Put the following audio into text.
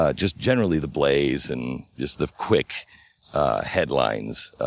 ah just generally the blaze and just the quick headlines.